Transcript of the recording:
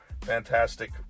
fantastic